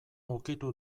ukitu